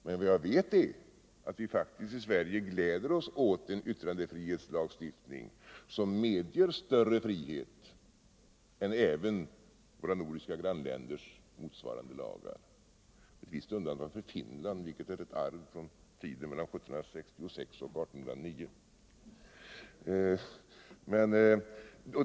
Men vad jag vet är att vi i Sverige glädjer oss åt en yttrandefrihetslagstiftning som medger större frihet än även våra nordiska grannländers motsvarande lagar —- med ett visst undantag för Finland, vilket är ett arv från tiden mellan 1766 och 1809.